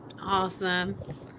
awesome